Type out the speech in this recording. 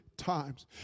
times